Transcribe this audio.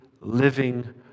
living